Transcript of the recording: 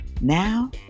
Now